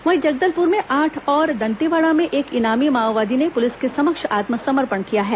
वहीं जगदलपुर में आठ और दंतेवाड़ा में एक इनामी माओवादी ने पुलिस के समक्ष आत्मसमर्पण किया है